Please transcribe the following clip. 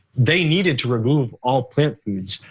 they needed to remove all plant foods.